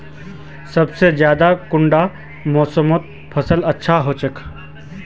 सबसे ज्यादा कुंडा मोसमोत फसल अच्छा होचे?